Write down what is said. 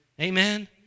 Amen